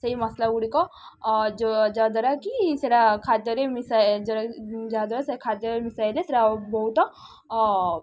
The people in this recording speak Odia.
ସେଇ ମସଲା ଗୁଡ଼ିକ ଯାହାଦ୍ୱାରା କି ସେଇଟା ଖାଦ୍ୟରେ ମିଶା ଯାହାଦ୍ୱାରା ସେ ଖାଦ୍ୟରେ ମିଶାଇଲେ ସେଇଟା ବହୁତ